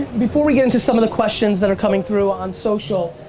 before we get into some of the questions that are coming through on social,